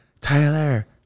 Tyler